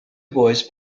boys